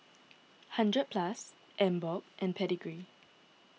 hundred Plus Emborg and Pedigree